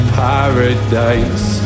paradise